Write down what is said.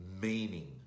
meaning